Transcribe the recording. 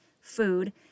food